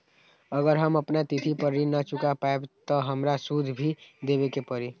अगर हम अपना तिथि पर ऋण न चुका पायेबे त हमरा सूद भी देबे के परि?